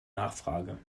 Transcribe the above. nachfrage